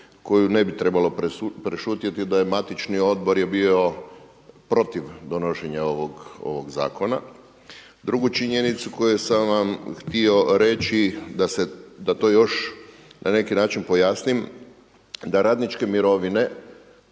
koju ne bi trebalo prešutjeti, da je matični odbor je bio protiv donošenja ovog zakona. Drugu činjenicu koju sam vam htio reći, da to još na neki način pojasnim, da radničke mirovine,